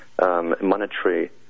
monetary